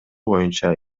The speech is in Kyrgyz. боюнча